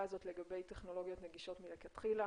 הזאת לגבי טכנולוגיות נגישות מלכתחילה